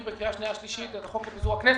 בקריאה שנייה ושלישית את החוק לפיזור הכנסת,